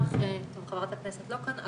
חברת הכנסת לא כאן,